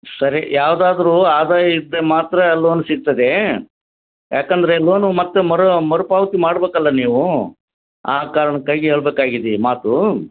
ಸರಿ ಯಾವ್ದಾದ್ರು ಆದಾಯ ಇದ್ದರೆ ಮಾತ್ರ ಲೋನ್ ಸಿಗ್ತದೆ ಯಾಕೆಂದ್ರೆ ಲೋನು ಮತ್ತೆ ಮರು ಮರುಪಾವತಿ ಮಾಡ್ಬೇಕಲ್ಲ ನೀವು ಆ ಕಾರಣಕ್ಕಾಗಿ ಹೇಳ್ಬೇಕಾಗಿದೆ ಈ ಮಾತು